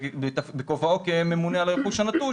ובכובעו כממונה על הרכוש הנטוש,